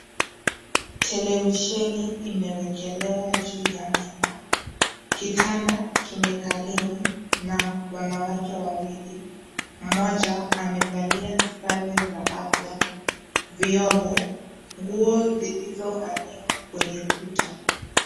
Televisieni imewekelewa juu ya meza, kitanda kimekaliwa na wanawake wawili, moja amevalia zare za afya, vyombo, nguo zilizo hangiwa kwenye kuta.